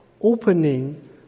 opening